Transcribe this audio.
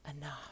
enough